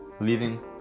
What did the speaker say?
leaving